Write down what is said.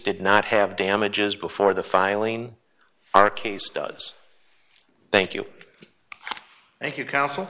did not have damages before the filing our case does thank you thank you counsel